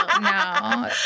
no